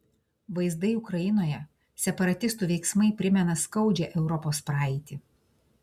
vaizdai ukrainoje separatistų veiksmai primena skaudžią europos praeitį